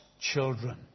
children